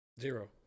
Zero